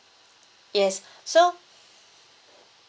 yes so